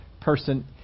person